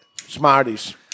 Smarties